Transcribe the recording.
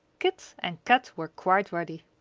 kit and kat were quite ready.